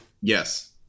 Yes